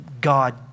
God